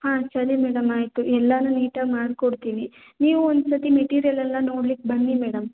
ಹಾಂ ಸರಿ ಮೇಡಮ್ ಆಯಿತು ಎಲ್ಲಾ ನೀಟಾಗಿ ಮಾಡಿಕೊಡ್ತೀವಿ ನೀವೂ ಒಂದು ಸರ್ತಿ ಮೆಟೀರಿಯಲೆಲ್ಲ ನೋಡ್ಲಿಕ್ಕೆ ಬನ್ನಿ ಮೇಡಮ್